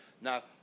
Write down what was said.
Now